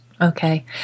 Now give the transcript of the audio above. Okay